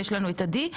ויש לנו את עדי,